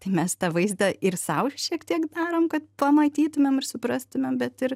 tai mes tą vaizdą ir sau šiek tiek darom kad pamatytumėm ir suprastumėm bet ir